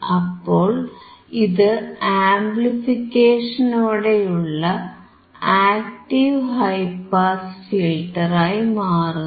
അപ്പോൾ ഇത് ആംപ്ലിഫിക്കേഷനോടെയുള്ള ആക്ടീവ് ഹൈ പാസ് ഫിൽറ്ററായി മാറുന്നു